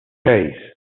seis